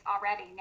already